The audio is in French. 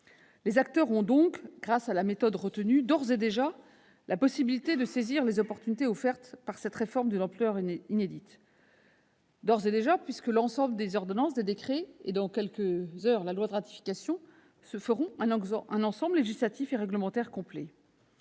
Les acteurs ont donc, grâce à la méthode retenue, d'ores et déjà la possibilité de saisir les opportunités offertes par cette réforme d'une ampleur inédite. En effet, les ordonnances, les décrets et, dans quelques heures, la loi de ratification formeront un ensemble législatif et réglementaire complet.